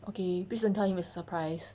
okay please don't tell him is a surprise